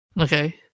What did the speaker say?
Okay